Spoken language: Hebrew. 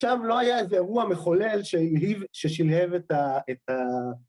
עכשיו, לא היה איזה אירוע מחולל שהלהיב, ששלהב את ה... את ה...